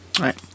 Right